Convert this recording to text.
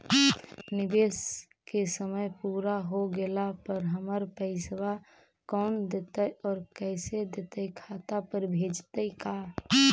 निवेश के समय पुरा हो गेला पर हमर पैसबा कोन देतै और कैसे देतै खाता पर भेजतै का?